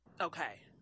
Okay